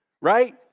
right